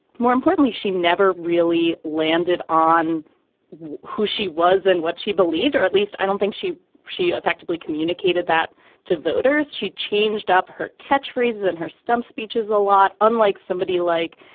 more importantly, she never really landed on who she was and what she believed. or at least i don't think she she effectively communicated that to voters. she changed up her catch phrases in her stump speeches a lot unlike somebody like,